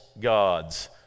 gods